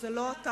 שזה לא אתה,